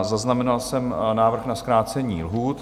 Zaznamenal jsem návrh na zkrácení lhůt.